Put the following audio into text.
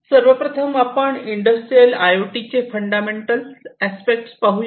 सर्वप्रथम आपण industrial I O T चे फंडामेंटल अस्पेक्ट पाहूया